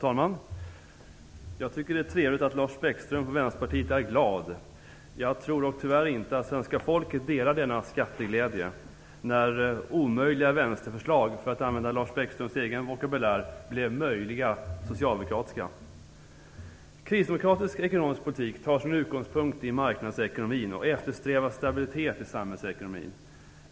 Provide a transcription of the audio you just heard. Herr talman! Det är trevligt att Lars Bäckström från Vänsterpartiet är glad. Jag tror dock tyvärr inte att svenska folket delar denna skatteglädje, när - för att använda Lars Bäckströms egen vokabulär - omöjliga vänsterförslag blev möjliga socialdemokratiska. Kristdemokratisk ekonomisk politik tar sin utgångspunkt i marknadsekonomin och eftersträvar stabilitet i samhällsekonomin.